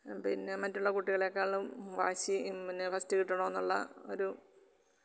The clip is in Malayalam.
പിന്നെ മറ്റുള്ള കുട്ടികളെക്കാളും വാശിയും പിന്നെ ഫസ്റ്റ് കിട്ടണമെന്നുള്ള ഒരു